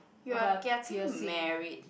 you are getting married